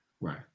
Right